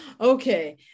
Okay